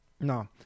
No